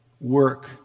work